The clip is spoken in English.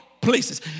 places